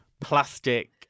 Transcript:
plastic